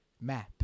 map